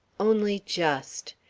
only just.